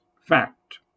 fact